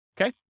Okay